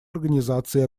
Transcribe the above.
организации